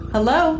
Hello